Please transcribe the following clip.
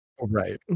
right